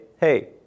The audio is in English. hey